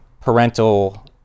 parental